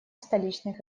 столичных